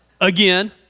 Again